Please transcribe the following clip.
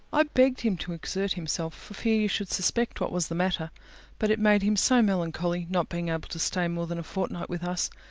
i begged him to exert himself for fear you should suspect what was the matter but it made him so melancholy, not being able to stay more than a fortnight with us,